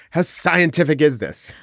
how scientific is this?